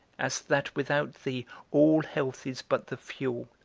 as that without thee all health is but the fuel,